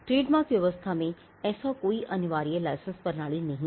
trademark व्यवस्था में ऐसा कोई अनिवार्य लाइसेंस प्रणाली नहीं है